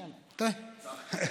טייב.